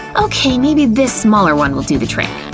okay, maybe this smaller one will do the trick.